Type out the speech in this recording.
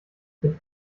mit